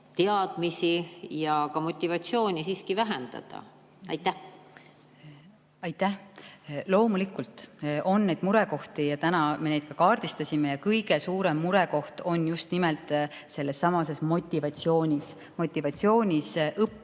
teadmisi ja ka motivatsiooni siiski vähendada. Aitäh! Loomulikult on neid murekohti ja täna me neid ka kaardistasime. Kõige suurem murekoht on just nimelt sellessamas motivatsioonis, motivatsioonis õppida